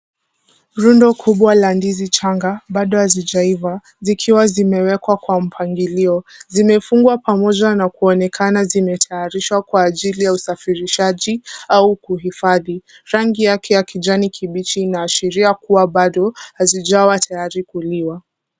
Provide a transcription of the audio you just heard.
Rundo kubwa la ndizi changa, bado hazijaiva zikiwa zimewekwa kwa mpangilio. Zimefungwa pamoja na kuonekana zimetayarishwa kwa ajili ya usafirishaji au kuhifadhi. Rangi yake ya kijani kibichi inaashiria kuwa bado hazijawa tayari kuliwa.